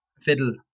Fiddle